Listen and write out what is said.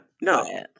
No